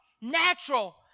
natural